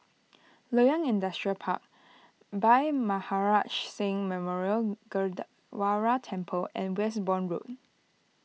Loyang Industrial Park Bhai Maharaj shh Singh Memorial Gurdwara Temple and Westbourne Road